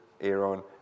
Aaron